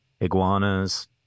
iguanas